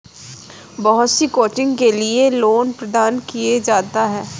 बहुत सी कोचिंग के लिये लोन प्रदान किया जाता है